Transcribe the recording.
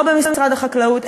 לא במשרד החקלאות,